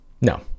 No